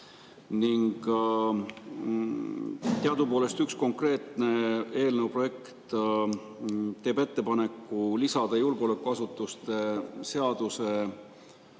Teadupoolest üks konkreetne eelnõu projekt teeb ettepaneku lisada julgeolekuasutuste seaduse